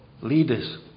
leaders